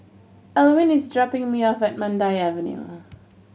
Alwin is dropping me off at Mandai Avenue